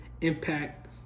impact